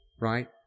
right